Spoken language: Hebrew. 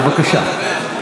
בבקשה.